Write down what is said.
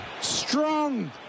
Strong